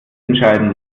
entscheiden